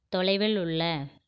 தொலைவில் உள்ள